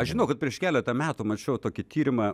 aš žinau kad prieš keletą metų mačiau tokį tyrimą